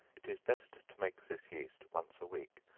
it is best to make this yeast once a week,